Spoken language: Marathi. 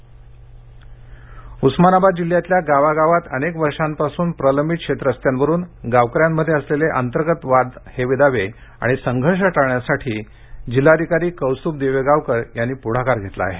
उस्मानाबाद उस्मानाबाद जिल्ह्यातल्या गावा गावात अनेक वर्षांपासून प्रलंबित शेत रस्त्यावरून गावकऱ्यांमध्ये असलेले अंतर्गत वाद हेवेदावे आणि संघर्ष टाळण्यासाठी जिल्हाधिकारी कौस्तूभ दिवेगावकर यांनी पूढाकार घेतला आहे